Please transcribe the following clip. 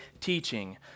teaching